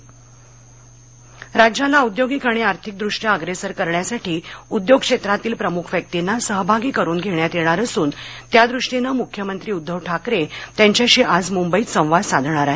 ठाकरे मंबई पश्चिम राज्याला औद्योगिक आणि आर्थिकदृष्ट्या अग्रेसर करण्यासाठी उद्योग क्षेत्रातील प्रमुख व्यकींना सहभागी करून घेण्यात येणार असून त्यादृष्टीने मुख्यमंत्री उद्धव ठाकरे त्यांच्याशी आज मुंबईत संवाद साधणार आहेत